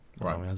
Right